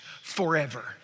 forever